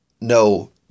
no